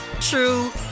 true